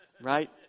right